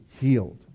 healed